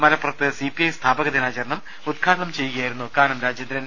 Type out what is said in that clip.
മലപ്പുറത്ത് C P I സ്ഥാപക ദിനാചരണം ഉദ്ഘാടനം ചെയ്യുകയായി രുന്നു കാനം രാജേന്ദ്രൻ